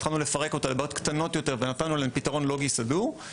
התחלנו לפרק אותה לבעיות קטנות יותר ונתנו להן פתרון לוגי סדור,